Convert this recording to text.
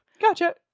Gotcha